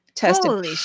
tested